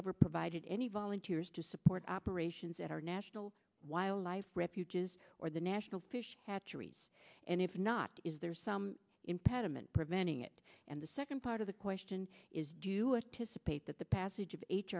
ever provided any volunteers to support operations at our national wildlife refuges or the national fish hatchery and if not is there some impediment preventing it and the second part of the question is do you that the passage of